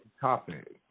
topic